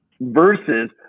Versus